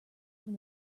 from